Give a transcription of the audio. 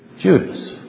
Judas